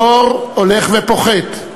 הדור הולך ופוחת.